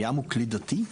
הים הוא כלי דתי?